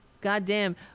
goddamn